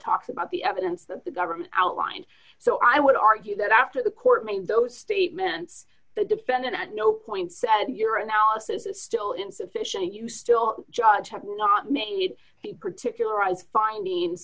talks about the evidence that the government outlined so i would argue that after the court made those statements the defendant at no point said your analysis is still insufficient and you still judge have not made the particularized finding